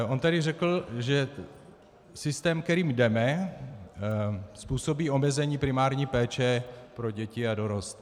On tady řekl, že systém, kterým jdeme, způsobí omezení primární péče pro děti a dorost.